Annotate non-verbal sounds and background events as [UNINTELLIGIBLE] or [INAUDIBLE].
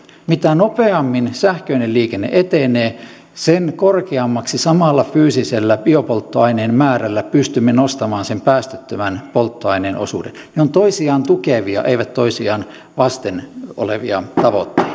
mitä nopeammin sähköinen liikenne etenee sen korkeammaksi samalla fyysisellä biopolttoaineen määrällä pystymme nostamaan sen päästöttömän polttoaineen osuuden ne ovat toisiaan tukevia eivät toisiaan vasten olevia tavoitteita [UNINTELLIGIBLE]